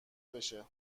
بشه